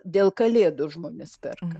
dėl kalėdų žmonės perka